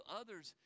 others